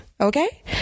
okay